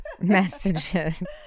messages